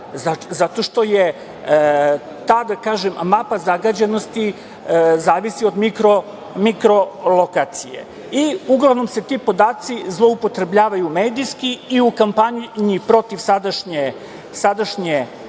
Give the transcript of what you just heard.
zato što ta mapa zagađenosti zavisi od mikrolokacije i uglavnom se ti podaci zloupotrebljavaju medijski i u kampanji i protiv sadašnje